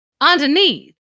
underneath